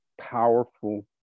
powerful